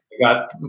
got